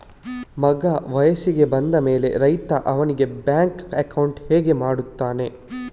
ಮಗ ವಯಸ್ಸಿಗೆ ಬಂದ ಮೇಲೆ ರೈತ ಅವನಿಗೆ ಬ್ಯಾಂಕ್ ಅಕೌಂಟ್ ಹೇಗೆ ಮಾಡ್ತಾನೆ?